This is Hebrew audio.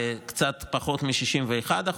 לקצת פחות מ-61%,